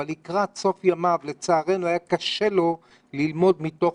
אבל לקראת סוף ימיו לצערנו היה קשה לו ללמוד מתוך